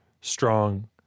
strong